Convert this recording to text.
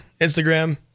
Instagram